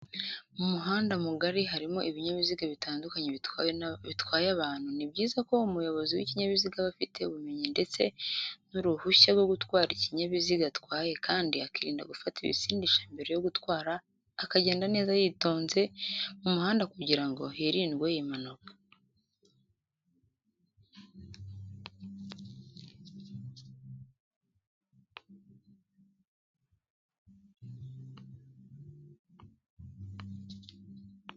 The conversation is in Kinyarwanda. Mu muhanda mugari harimo ibinyabiziga bitandukanye bitwaye abantu, ni byiza ko umuyobozi w'ikinyabiziga aba afite ubumenyi ndetse n'uruhushya rwo gutwara ikinyabiziga atwaye kandi akirinda gufata ibisindisha mbere yo gutwara akagenda neza yitonze mu muhanda kugira ngo hirindwe impanuka.